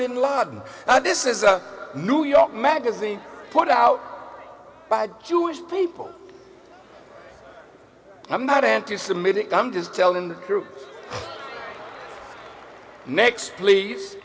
bin laden that this is a new york magazine put out by jewish people i'm not anti semitic i'm just telling the group next please